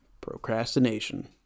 procrastination